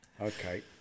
Okay